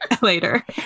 later